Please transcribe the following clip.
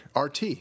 RT